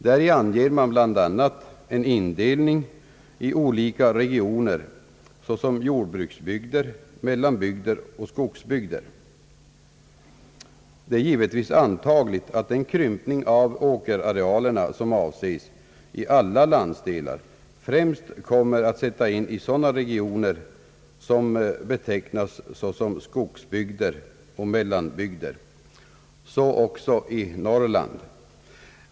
Däri anger man bl.a. en indelning i olika regioner, såsom jordbruksbygder, mellanbygder och skogsbygder. Det är givetvis antagligt att den krympning av åkerarealerna som avses i alla landsde lar främst kommer att sättas in i sådana regioner, som betecknas som skogsbygder eller mellanbygder — så också i Norrland.